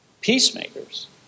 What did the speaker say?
Peacemakers